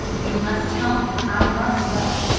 you must tell me. i must know.